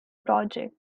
project